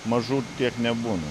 mažų tiek nebūna